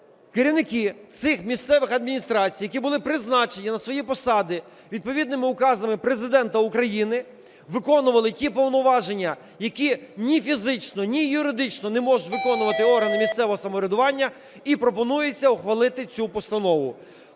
керівники цих місцевих адміністрацій, які були призначені на свої посади відповідними указами Президента України, виконували ті повноваження, які ні фізично, ні юридично не можуть виконувати органи місцевого самоврядування, і пропонується ухвалити цю постанову.